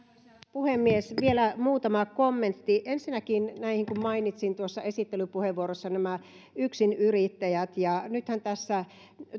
puhemies vielä muutama kommentti ensinnäkin kun mainitsin esittelypuheenvuorossa nämä yksinyrittäjät nythän